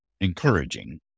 encouraging